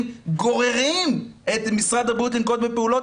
גוררים את משרד הבריאות לנקוט בפעולות,